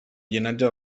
llinatge